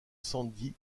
sandy